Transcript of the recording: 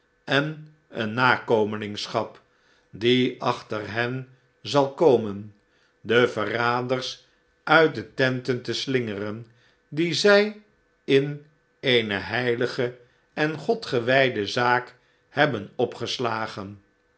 en een nakomelingschap die achter hen zal komen de verraders uit de tenten te slingeren die zij in eene heilige en godgewijde zaak hebben opgeslagen